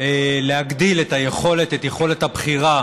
להגדיל את יכולת הבחירה